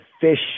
fish